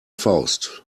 faust